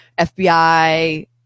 FBI